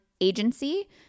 agency